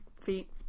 feet